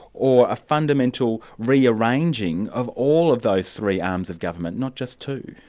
or a fundamental rearranging, of all of those three arms of government, not just two?